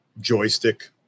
joystick